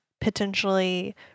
potentially